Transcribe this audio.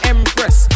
Empress